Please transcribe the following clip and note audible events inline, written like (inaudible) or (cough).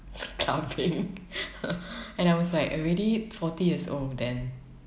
clubbing (laughs) and I was like already forty years old then